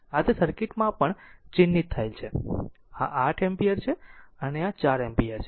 આ તે સર્કિટ માં પણ ચિહ્નિત થયેલ છે આ 8 એમ્પીયર છે અને આ 4 એમ્પીયર છે